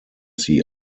sie